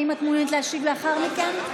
האם את מעוניינת להשיב לאחר מכן?